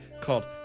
called